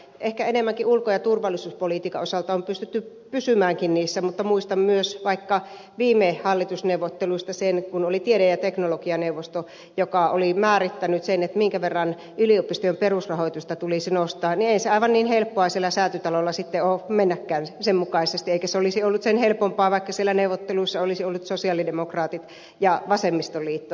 ehkä enemmänkin ulko ja turvallisuuspolitiikan osalta on pystytty pysymäänkin niissä mutta muistan myös vaikka viime hallitusneuvotteluista sen että kun oli tiede ja teknologianeuvosto joka oli määrittänyt sen minkä verran yliopistojen perusrahoitusta tulisi nostaa niin ei se aivan niin helppoa siellä säätytalolla sitten ole mennäkään sen mukaisesti eikä se olisi ollut sen helpompaa vaikka siellä neuvotteluissa olisivat olleet sosialidemokraatit ja vasemmistoliitto